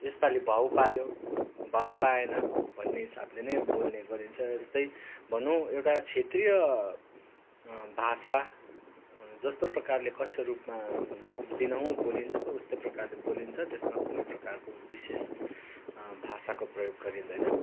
यसपालि भाउ पायो भाउ पाएन भन्ने हिसाबले नै बोल्ने गरिन्छ जस्तै भनौँ एउटा क्षेत्रीय भाषा जस्तो प्रकारले कथ्य रूपमा दिनहुँ बोलिन्छ उस्तै प्रकारले बोलिन्छ त्यसमा कुनै प्रकारको विशेष भाषाको प्रयोग गरिँदैन